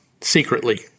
secretly